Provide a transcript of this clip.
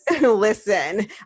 listen